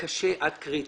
קשה עד קריטי.